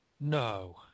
no